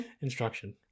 instruction